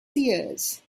seers